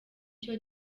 cyo